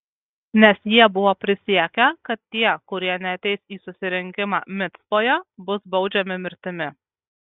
nes jie buvo prisiekę kad tie kurie neateis į susirinkimą micpoje bus baudžiami mirtimi